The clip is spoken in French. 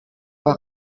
pas